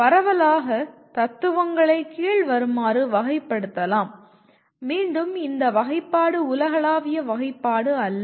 பரவலாக தத்துவங்களை கீழ் வருமாறு வகைப்படுத்தலாம் மீண்டும் இந்த வகைப்பாடு உலகளாவிய வகைப்பாடு அல்ல